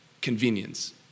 convenience